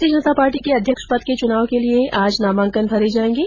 भारतीय जनता पार्टी के अध्यक्ष पद के चुनाव के लिए आज नामांकन भरे जायेंगे